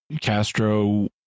Castro